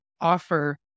offer